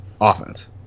offense